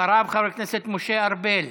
אחריו, חבר הכנסת משה ארבל.